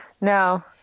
No